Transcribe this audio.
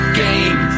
game